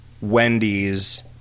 Wendy's